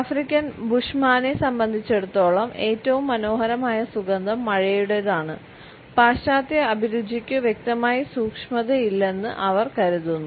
African ബുഷ്മാനെ സംബന്ധിച്ചിടത്തോളം ഏറ്റവും മനോഹരമായ സുഗന്ധം മഴയുടേതാണ് പാശ്ചാത്യ അഭിരുചിക്കു വ്യക്തമായി സൂക്ഷ്മതയില്ലെന്ന് അവർ കരുതുന്നു